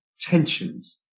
tensions